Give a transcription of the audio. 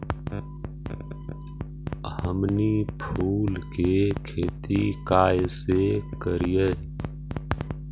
हमनी फूल के खेती काएसे करियय?